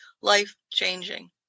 life-changing